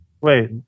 Wait